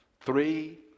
three